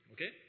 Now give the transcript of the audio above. Okay